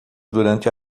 durante